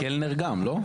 וקלנר גם, לא?